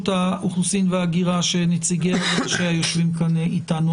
האוכלוסין וההגירה שנציגיה יושבים כאן אתנו.